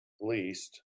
least